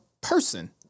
person